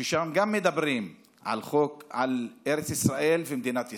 גם שם מדברים על ארץ ישראל ומדינת ישראל.